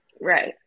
Right